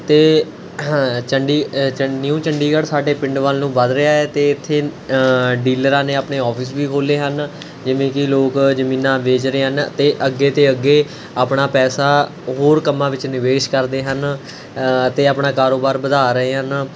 ਅਤੇ ਚੰਡੀ ਚੰਡੀ ਨਿਊ ਚੰਡੀਗੜ੍ਹ ਸਾਡੇ ਪਿੰਡ ਵੱਲ ਨੂੰ ਵੱਧ ਰਿਹਾ ਹੈ ਅਤੇ ਇੱਥੇ ਡੀਲਰਾਂ ਨੇ ਆਪਣੇ ਔਫਿਸ ਵੀ ਖੋਲ੍ਹੇ ਹਨ ਜਿਵੇਂ ਕਿ ਲੋਕ ਜ਼ਮੀਨਾਂ ਵੇਚ ਰਹੇ ਹਨ ਅਤੇ ਅੱਗੇ ਤੋਂ ਅੱਗੇ ਆਪਣਾ ਪੈਸਾ ਹੋਰ ਕੰਮਾਂ ਵਿੱਚ ਨਿਵੇਸ਼ ਕਰਦੇ ਹਨ ਅਤੇ ਆਪਣਾ ਕਾਰੋਬਾਰ ਵਧਾ ਰਹੇ ਹਨ